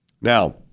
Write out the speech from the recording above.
Now